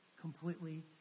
completely